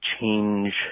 change